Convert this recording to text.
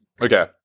okay